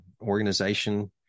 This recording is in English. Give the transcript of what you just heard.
organization